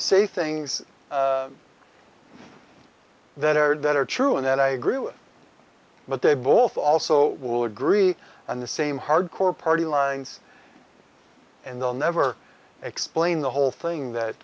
say things that aired that are true and that i agree with but they both also will agree and the same hardcore party lines and they'll never explain the whole thing that